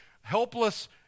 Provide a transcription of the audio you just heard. helpless